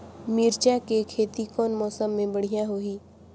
मिरचा के खेती कौन मौसम मे बढ़िया होही?